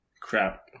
Crap